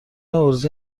عرضه